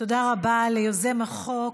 תודה רבה ליוזם החוק,